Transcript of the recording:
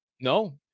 No